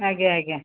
ଆଜ୍ଞା ଆଜ୍ଞା